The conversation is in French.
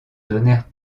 donnèrent